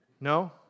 No